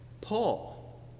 Paul